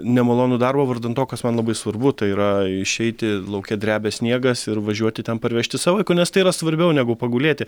nemalonų darbą vardan to kas man labai svarbu tai yra išeiti lauke drebia sniegas ir važiuoti ten parvežti savo vaiko nes tai yra svarbiau negu pagulėti